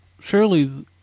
surely